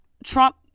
Trump